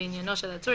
בעניינו של עצור,